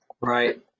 Right